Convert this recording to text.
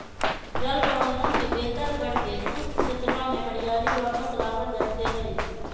जल प्रबंधन के बेहतर करके शुष्क क्षेत्रवा में हरियाली वापस लावल जयते हई